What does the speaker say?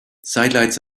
sidelights